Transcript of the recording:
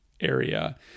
area